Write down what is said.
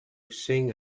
sing